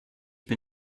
bin